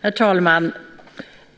Herr talman!